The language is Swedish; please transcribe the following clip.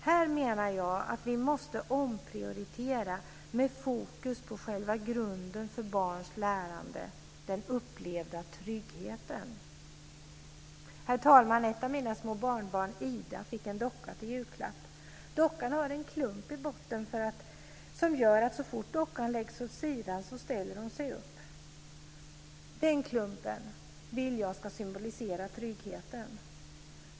Här måste vi omprioritera med fokus på själva grunden för barns lärande: den upplevda tryggheten. Herr talman! Ett av mina små barnbarn, Ida, fick en docka i julklapp. Dockan har en klump i botten som gör att den, så fort den läggs åt sidan, ställer sig upp. Den klumpen vill jag ska symbolisera tryggheten.